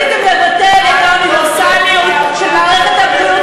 אתם רציתם לבטל את האוניברסליות של מערכת הבריאות